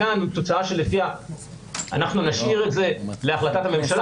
אנחנו מקשיבים לתשובה, אתה בא ומפריע.